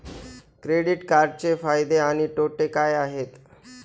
Credit कार्डचे फायदे आणि तोटे काय आहेत?